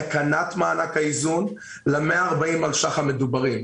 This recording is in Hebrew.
תקנת מענק האיזון ל-140 מיליון השקלים המדוברים.